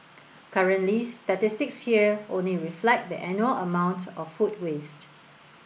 currently statistics here only reflect the annual amount of food waste